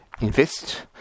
invest